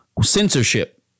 censorship